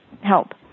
help